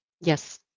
Yes